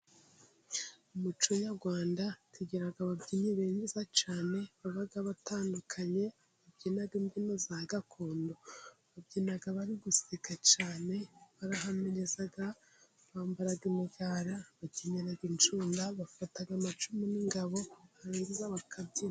Mu muco nyarwanda tugira ababyinnyi beza cyane, baba batandukanye babyina imbyino za gakondo. Babyina bari guseka cyane, barahamiriza bambara imigara, bakenyera injunda, bafata amacumu n'ingabo, barangiza bakabyina.